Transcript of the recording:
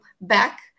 back